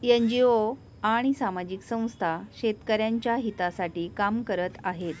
NGO आणि सामाजिक संस्था शेतकऱ्यांच्या हितासाठी काम करत आहेत